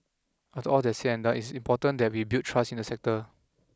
after all that's said and done it's important that we build trust in the sector